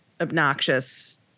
obnoxious